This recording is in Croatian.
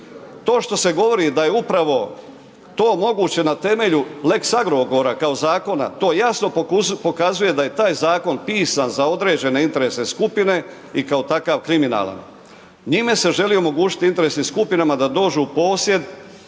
To što se govori da je upravo to moguće na temelju lex Agrokora, kao zakona, to jasno pokazuje da je taj zakon pisan za određene interesne skupine i kao takav kriminalan. Njima se želi omogućiti, interesnim skupinama da dođu u posjed,